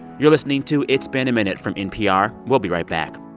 you're listening to it's been a minute from npr. we'll be right back